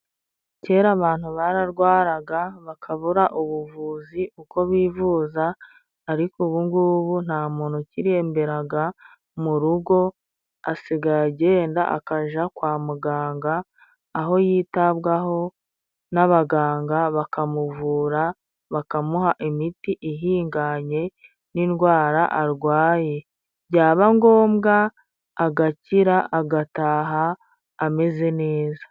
Kera abantu bararwaraga bakabura ubuvuzi uko bivuza, ariko ubu ngubu nta muntu ukiremberaga mu rugo, asigaye agenda akajya kwa muganga, aho yitabwaho n'abaganga bakamuvura, bakamuha imiti igendanye n'indwara arwaye, byaba ngombwa agakira, agataha ameze neza.